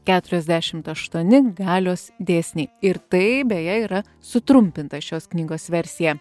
keturiasdešimt aštuoni galios dėsniai ir tai beje yra sutrumpinta šios knygos versija